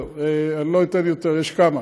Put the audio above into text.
לא אתן יותר, יש כמה.